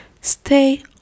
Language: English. Stay